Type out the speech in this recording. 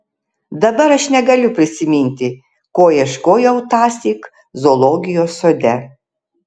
dabar aš negaliu prisiminti ko ieškojau tąsyk zoologijos sode